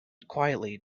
quietly